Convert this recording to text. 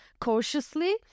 cautiously